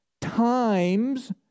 times